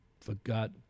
forgot